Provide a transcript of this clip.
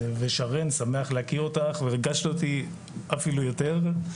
ושרן שמח להכיר אותך וריגשת אותי אפילו יותר.